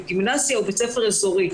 הגימנסיה העברית הוא בית ספר אזורי.